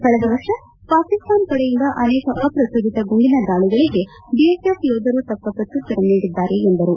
ಕಳೆದ ವರ್ಷ ಪಾಕಿಸ್ತಾನ ಕಡೆಯಿಂದ ಅನೇಕ ಅಪ್ರಜೋದಿತ ಗುಂಡಿನ ದಾಳಗಳಿಗೆ ಬಿಎಸ್ಎಫ್ ಯೋಧರು ತಕ್ಷ ಪ್ರತ್ತುತರ ನೀಡಿದ್ದಾರೆ ಎಂದರು